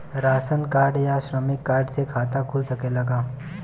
Ration card या श्रमिक card से खाता खुल सकेला का?